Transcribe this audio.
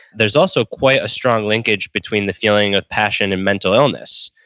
there's also quite a strong linkage between the feeling of passion and mental illness.